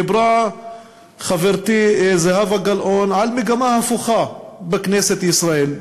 דיברה חברתי זהבה גלאון על מגמה הפוכה בכנסת ישראל,